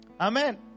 Amen